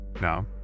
Now